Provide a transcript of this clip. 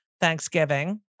Thanksgiving